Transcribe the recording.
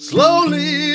Slowly